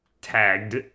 tagged